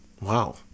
Wow